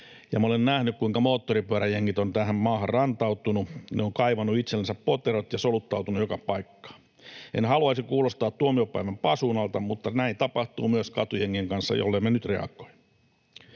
ja nähnyt, kuinka moottoripyöräjengit ovat tähän maahan rantautuneet. Ne ovat kaivaneet itsellensä poterot ja soluttautuneet joka paikkaan. En haluaisi kuulostaa tuomiopäivän pasuunalta, mutta näin tapahtuu myös katujengien kanssa, jollemme nyt reagoi.